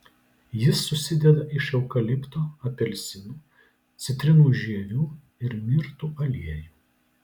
jis susideda iš eukalipto apelsinų citrinų žievių ir mirtų aliejų